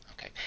Okay